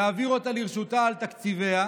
להעביר אותה לרשותה על תקציביה,